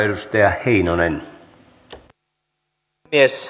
arvoisa herra puhemies